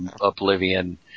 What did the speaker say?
oblivion